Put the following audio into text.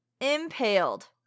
impaled